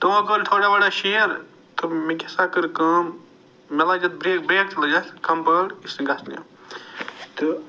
تِمو کٔر تھوڑا وڑا شیٖر تہٕ مےٚ کیٛاہ سا کٔر کٲم مےٚ لٲج اتھ بریک برٛیک تہِ لٔج اتھ